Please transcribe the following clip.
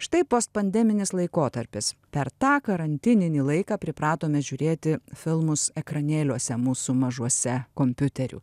štai postpandeminis laikotarpis per tą karantininį laiką pripratome žiūrėti filmus ekranėliuose mūsų mažuose kompiuterių